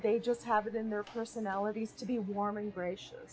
they just have it in their personalities to be warm and gracious